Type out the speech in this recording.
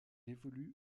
évolue